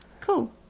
cool